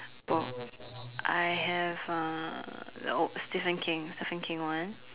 bo~ I have uh the uh Stephen-King Stephen-King one